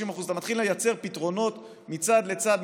30% אתה מתחיל לייצר פתרונות מצד לצד,